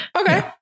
Okay